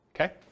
okay